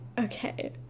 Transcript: okay